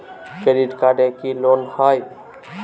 Credit কার্ডে কি loan হয়?